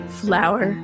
flower